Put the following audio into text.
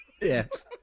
yes